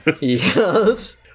Yes